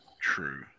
True